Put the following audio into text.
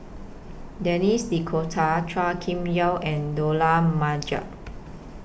Denis D'Cotta Chua Kim Yeow and Dollah Majid